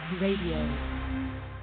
Radio